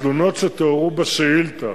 התלונות שתוארו בשאילתא,